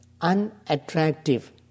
unattractive